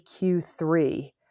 Q3